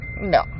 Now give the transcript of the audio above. No